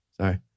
Sorry